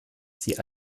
sie